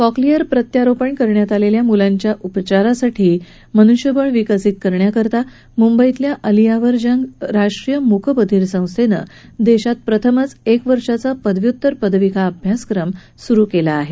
cochlear प्रत्यारोपण करण्यात आलेल्या मुलांच्या उपचारासाठी मनुष्यबळ विकसित करण्यासाठी मुंबईतल्या अलि यावर जंग राष्ट्रीय मुक बंधिर संस्थेनं देशात प्रथमच एक वर्षांचा पदव्युत्तर पदविका अभ्यासक्रम सुरू केला आहे